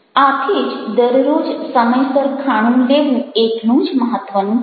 આથી જ દરરોજ સમયસર ખાણું લેવું એટલું જ મહત્વનું છે